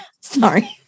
sorry